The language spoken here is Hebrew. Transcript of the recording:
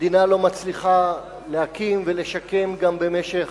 המדינה לא מצליחה להקים ולשקם גם במשך